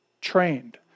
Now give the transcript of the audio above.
trained